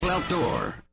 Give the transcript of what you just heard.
Outdoor